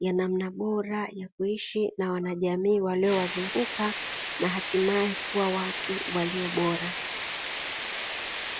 ya namna bora ya kuishi na wanajamii waliowazunguka na hatimaye kuwa watu walio bora.